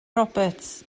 roberts